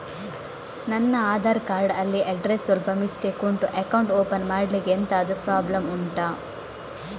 ನನ್ನ ಆಧಾರ್ ಕಾರ್ಡ್ ಅಲ್ಲಿ ಅಡ್ರೆಸ್ ಸ್ವಲ್ಪ ಮಿಸ್ಟೇಕ್ ಉಂಟು ಅಕೌಂಟ್ ಓಪನ್ ಮಾಡ್ಲಿಕ್ಕೆ ಎಂತಾದ್ರು ಪ್ರಾಬ್ಲಮ್ ಉಂಟಾ